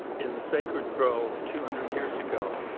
in the sacred grove two hundred years ago,